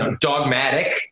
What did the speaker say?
dogmatic